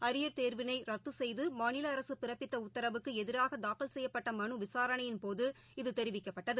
arrear தேர்வினைரத்துசெய்துமாநிலஅரசுபிறப்பித்தஉத்தரவுக்குஎதிராகதாக்கல் செய்யப்பட்டமனுவிசாரணையின்போது இது தெரிவிக்கப்பட்டது